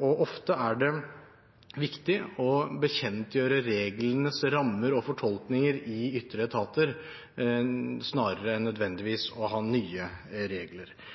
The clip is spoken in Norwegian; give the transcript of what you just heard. og ofte er det viktig å bekjentgjøre reglenes rammer og fortolkninger i ytre etater, snarere enn nødvendigvis å ha nye regler.